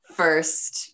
first